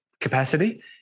capacity